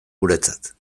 guretzat